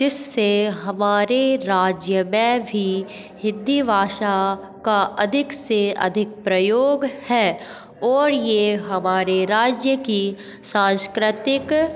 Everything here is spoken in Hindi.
जिससे हमारे राज्य में भी हिंदी भाषा का अधिक से अधिक प्रयोग है और ये हमारे राज्य की सांस्कृतिक